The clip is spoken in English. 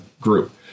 group